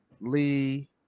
Lee